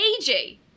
AJ